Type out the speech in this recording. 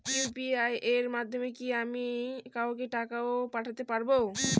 UPI এর মাধ্যমে কি আমি কাউকে টাকা ও পাঠাতে পারবো?